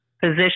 Position